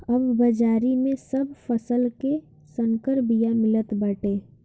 अब बाजारी में सब फसल के संकर बिया मिलत बाटे